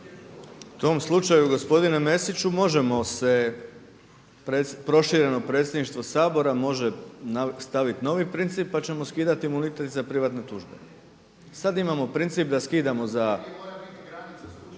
u tom slučaju gospodine Mesiću možemo se prošireno Predsjedništvo Sabora može staviti novi princip pa ćemo skidati imunitet i za privatne tužbe. Sad imamo princip da skidamo za